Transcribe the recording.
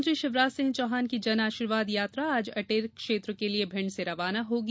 मुख्यमंत्री शिवराज सिंह चौहान की जन आशीर्वाद यात्रा आज अटेर क्षेत्र के लिए भिण्ड से रवाना होगी